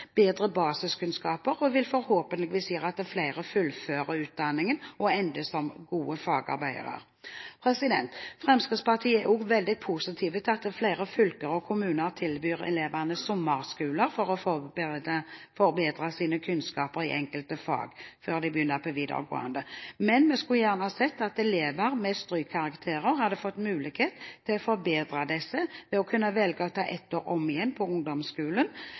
bedre basiskunnskaper og forhåpentligvis gjøre at flere fullfører utdanningen og ender som gode fagarbeidere. Fremskrittspartiet er også veldig positiv til at flere fylker og kommuner tilbyr elevene sommerskole for å forbedre sine kunnskaper i enkelte fag før de begynner på videregående skole, men vi skulle gjerne sett at elever med strykkarakterer hadde fått mulighet til å forbedre disse ved å kunne velge å ta ett år på ungdomsskolen om igjen,